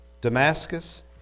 Damascus